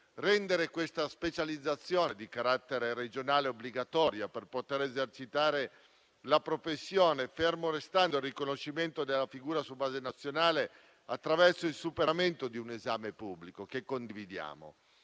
rendere questa specializzazione di carattere regionale obbligatoria per poter esercitare la professione, fermo restando il riconoscimento della figura su base nazionale, attraverso il superamento di un esame pubblico, che condividiamo.